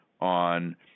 on –